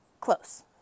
Close